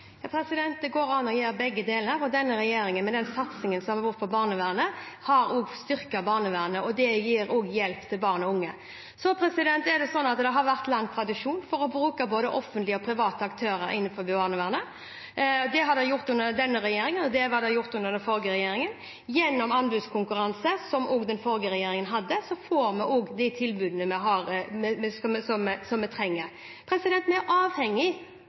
Det går an å gjøre begge deler. Denne regjeringen har også styrket barnevernet med den satsingen som har vært, og det gir hjelp til barn og unge. Det har vært lang tradisjon for å bruke både offentlige og private aktører innenfor barnevernet. Det har vært gjort under denne regjeringen, og det har vært gjort under den forrige regjeringen. Gjennom anbudskonkurranser, som også den forrige regjeringen hadde, får vi også de tilbudene som vi trenger. Vi er avhengige av private og ideelle aktører for å gi et tilbud til barn og unge. Vi trenger et mangfold. Derfor er